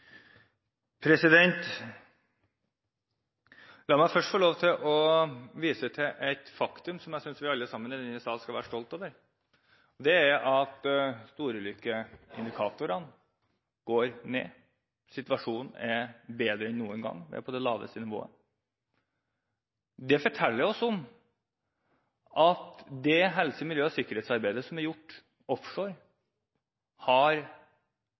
La meg først få lov til å vise til et faktum som jeg synes vi alle sammen i denne sal skal være stolt over, og det er at storulykkeindikatorene går ned, situasjonen er bedre enn noen gang, vi er på det laveste nivået. Det forteller oss at det helse-, miljø- og sikkerhetsarbeidet som er gjort offshore, har